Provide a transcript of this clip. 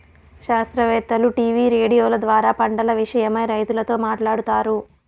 శాస్త్రవేత్తలు టీవీ రేడియోల ద్వారా పంటల విషయమై రైతులతో మాట్లాడుతారు